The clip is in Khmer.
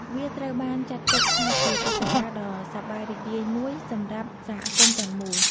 វាត្រូវបានចាត់ទុកថាជាព្រឹត្តការណ៍ដ៏សប្បាយរីករាយមួយសម្រាប់សហគមន៍ទាំងមូល។